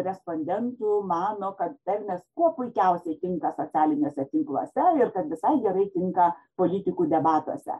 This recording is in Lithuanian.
respondentų mano kad tarmės kuo puikiausiai tinka socialiniuose tinkluose ir kad visai gerai tinka politikų debatuose